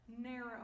narrow